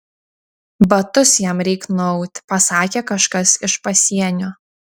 batus jam reik nuaut pasakė kažkas iš pasienio